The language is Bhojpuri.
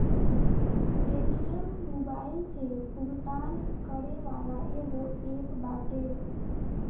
पेटीएम मोबाईल से भुगतान करे वाला एगो एप्प बाटे